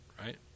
right